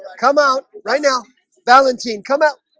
come out right now valentin come out